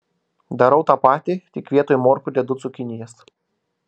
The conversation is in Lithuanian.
darau tą patį tik vietoj morkų dedu cukinijas